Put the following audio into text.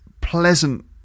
pleasant